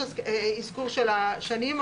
יש אזכור של השנים,